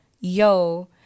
yo